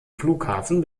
flughafen